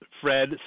Fred